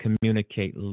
communicate